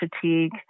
fatigue